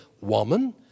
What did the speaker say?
Woman